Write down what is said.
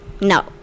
No